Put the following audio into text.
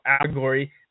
allegory